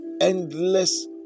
endless